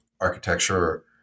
architecture